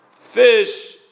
fish